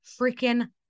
freaking